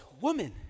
woman